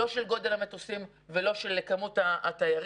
לא של גודל המטוסים ולא של כמות התיירים.